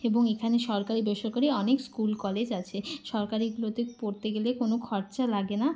এবং এখানে সরকারি বেসরকারি অনেক স্কুল কলেজ আছে সরকারিগুলোতে পড়তে গেলে কোনো খরচা লাগে না